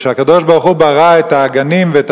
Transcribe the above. וכשהקדוש-ברוך-הוא ברא את הגנים ואת